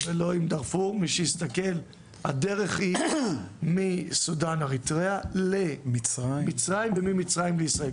מי שיסתכל הדרך היא מסודן אריתריאה למצרים וממצרים לישראל,